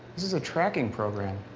it's a tracking program.